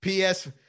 PS